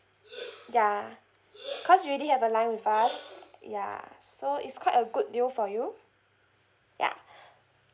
ya cause you already have a line with us ya so it's quite a good deal for you ya